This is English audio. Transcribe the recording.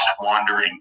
wandering